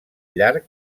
llarg